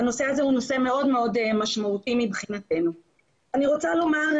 וניסינו ללמוד מה גרם להצלחה שלהן,